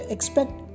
Expect